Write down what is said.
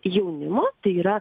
jaunimo tai yra